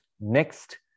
Next